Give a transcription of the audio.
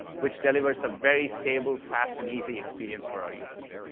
which delivers a very stable, fast, and easy experience for our users.